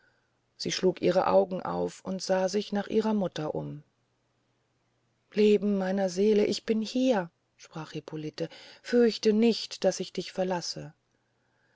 sie schlug ihre augen auf und sah sich nach ihrer mutter um leben meiner seele ich bin hier sprach hippolite fürchte nicht daß ich dich verlasse